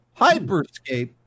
Hyperscape